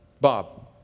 Bob